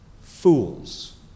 fools